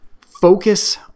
focus